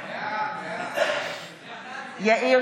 בעד